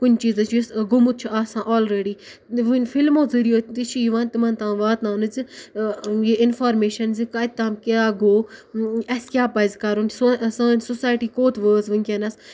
کُنہِ چیٖزٕچ یُس گوٚمُت چھُ آسان آلرٔڈی وٕنۍ فِلمو ذٔریہِ تہِ چھِ یِوان تِمَن تام واتناونہٕ زِ یہِ اِنفارمیشَن زِ کَتہِ تام کیٛاہ گوٚو اَسہِ کیٛاہ پَزِ کَرُن سو سٲنۍ سُسایٹی کوٚت وٲژ وٕنکٮ۪نَس